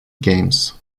games